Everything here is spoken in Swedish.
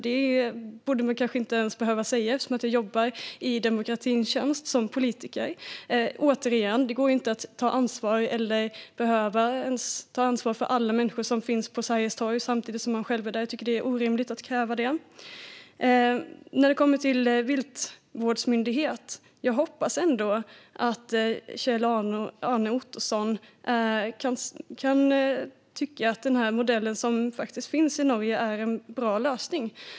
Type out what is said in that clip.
Det borde jag inte behöva säga eftersom jag jobbar i demokratins tjänst som politiker. Återigen säger jag att det inte går att ta ansvar, eller att man inte ens ska behöva ta ansvar, för alla människor som befinner sig på Sergels torg samtidigt som man själv är där. Det är orimligt att kräva det. När det kommer till viltvårdsmyndighet hoppas jag ändå att Kjell-Arne Ottosson kan tycka att den modell som finns i Norge är en bra lösning.